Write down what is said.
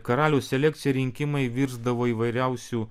karaliaus selekcija rinkimai virsdavo įvairiausių